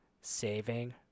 Saving